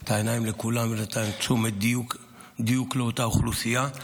את העיניים לכולם, ונתן דיוק לאותה אוכלוסייה.